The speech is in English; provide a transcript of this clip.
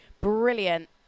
brilliant